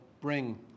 bring